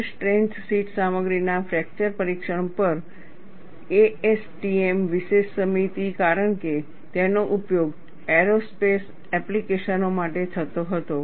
ઉચ્ચ strength sheet સામગ્રીના fracture પરીક્ષણ પર ASTM વિશેષ સમિતિ કારણ કે તેનો ઉપયોગ એરોસ્પેસ એપ્લિકેશનો માટે થતો હતો